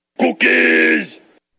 Cookies